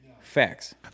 Facts